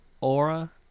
Aura